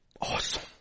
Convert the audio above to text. awesome